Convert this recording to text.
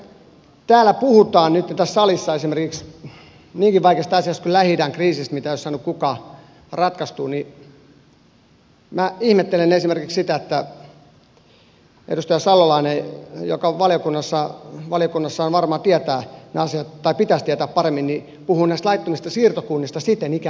ja nytten kun tässä salissa puhutaan esimerkiksi niinkin vaikeista asioista kuin lähi idän kriisistä mitä ei ole saanut kukaan ratkaistua niin minä ihmettelen esimerkiksi sitä että edustaja salolainen joka on valiokunnassa ja jonka pitäisi tietää ne asiat paremmin puhuu näistä laittomista siirtokunnista ikään kuin se olisi yksisuuntainen totuus